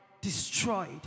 Destroyed